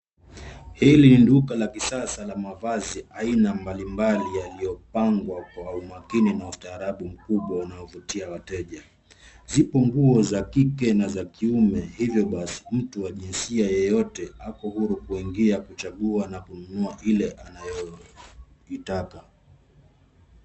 Hili ni duka la kisasa la mavazi aina mbali mbali yaliyopangwa kwa umakini na ustaarabu mkubwa unaovutia wateja. Zipo nguo za kike na za kiume, hivyo basi, mtu wa jinsia yeyote ako huru kuingi na kuchagua na kununua ile anayoitaka.